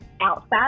outside